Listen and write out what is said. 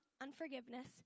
unforgiveness